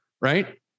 right